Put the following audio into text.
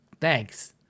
thanks